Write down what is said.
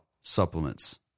supplements